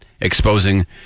exposing